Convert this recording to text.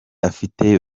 afite